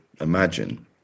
imagine